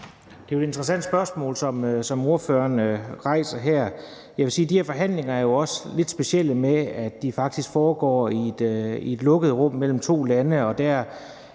Det er et interessant spørgsmål, som ordføreren rejser her. Jeg vil sige, at de her forhandlinger jo også er lidt specielle, ved at de faktisk foregår i et lukket rum mellem to lande,